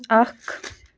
اکھ